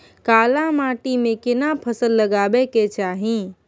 काला माटी में केना फसल लगाबै के चाही?